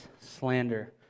slander